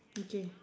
okay